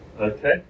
okay